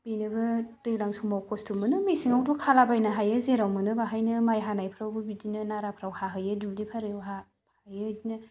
बेनोबो दैज्लां समाव कस्त' मोनो मेसेङावथ' खालाबायनो हायो जेराव मोनो बेहायनो माइ हानायफ्रावबो बिदिनो नाराफ्राव हाहैयो दुब्लि बारियाव हाहैयो बिदिनो